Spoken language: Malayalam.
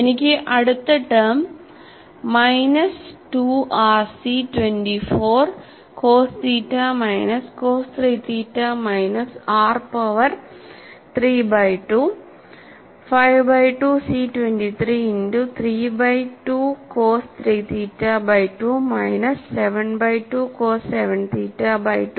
എനിക്ക് ഈ അടുത്ത term minus 2 R C 24 cos theta minus cos 3 theta minus R power 3 by 2 5 by 2 C 23 into 3 by 2 cos 3 theta by 2 minus 7 by 2 cos 7 theta by 2